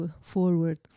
forward